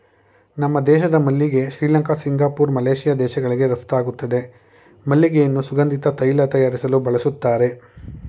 ನಮ್ಮ ದೇಶದ ಮಲ್ಲಿಗೆ ಶ್ರೀಲಂಕಾ ಸಿಂಗಪೂರ್ ಮಲೇಶಿಯಾ ದೇಶಗಳಿಗೆ ರಫ್ತಾಗುತ್ತೆ ಮಲ್ಲಿಗೆಯನ್ನು ಸುಗಂಧಿತ ತೈಲ ತಯಾರಿಸಲು ಬಳಸ್ತರೆ